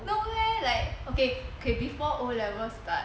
no meh like okay okay before O-level start